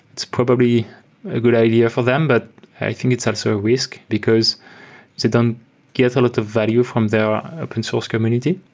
it's probably a good idea for them, but i think it's also a risk because don't get a lot of value from their open source community.